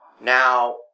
Now